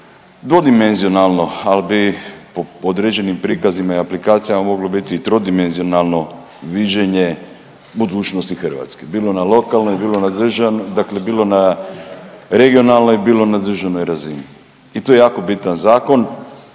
trodimenzionalno. Ali bi po određenim prikazima i aplikacijama moglo biti i trodimenzionalno viđenje budućnosti Hrvatske bilo na lokalnoj, bilo na državnoj, dakle bilo na regionalnoj, bilo na državnoj razini. I to je jako bitan zakon,